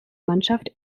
mannschaft